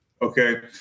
Okay